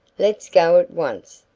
let's go at once,